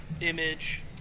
image